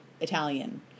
Italian